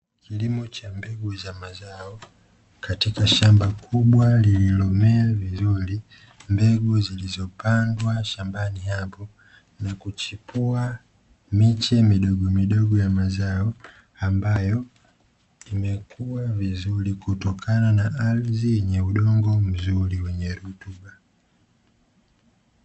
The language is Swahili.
Kilimo cha mbegu za mazao katika shamba kubwa lililomea vizuri, mbegu zilizopandwa shambani hapo na kuchipua miche midogo modogo ya mazao, ambayo imekua vizuri kutokana na ardhi yenye udongo mzuri wenye rutuba.